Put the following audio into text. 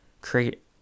create